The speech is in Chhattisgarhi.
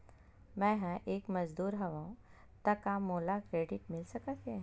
मैं ह एक मजदूर हंव त का मोला क्रेडिट मिल सकथे?